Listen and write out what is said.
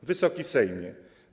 Wysoki Sejmie!